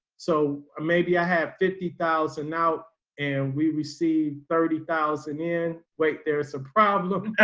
so maybe i have fifty thousand now and we receive thirty thousand in wait there's a problem.